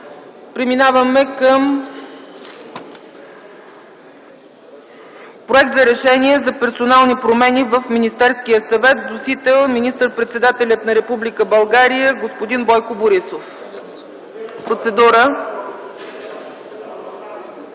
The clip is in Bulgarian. трета – Проект за Решение за персонални промени в Министерския съвет с вносител министър-председателят на Република България господин Бойко Борисов, да